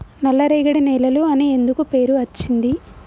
నల్లరేగడి నేలలు అని ఎందుకు పేరు అచ్చింది?